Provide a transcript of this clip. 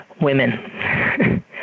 women